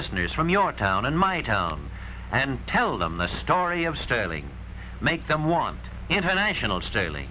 listeners from your town and my town and tell them the story of sterling make them one international sterling